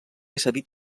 cedit